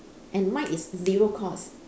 and mine is zero cost